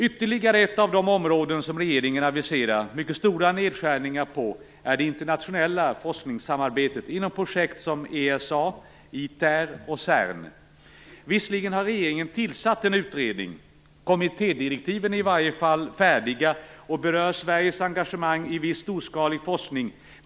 Ytterligare ett av de områden som regeringen aviserar mycket stora nedskärningar på är det internationella forskningssamarbetet inom projekt som ESA, ITER och CERN. Visserligen har regeringen tillsatt en utredning. Kommittédirektiven är i varje fall färdiga och berör Sveriges engagemang vid storskalig forskning.